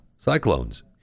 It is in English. Cyclones